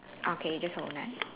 ah K you just hold on ah